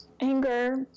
anger